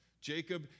Jacob